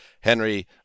Henry